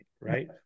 right